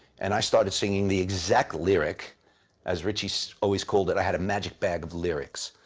and i started singing the exact lyric as ritchie always called it, i had a magic bag of lyrics.